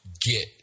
get